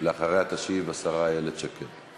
אחריה, תשיב השרה איילת שקד.